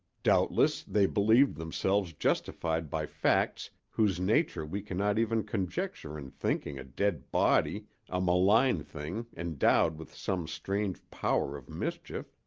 doubtless they believed themselves justified by facts whose nature we cannot even conjecture in thinking a dead body a malign thing endowed with some strange power of mischief,